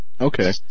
Okay